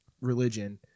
religion